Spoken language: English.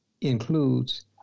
includes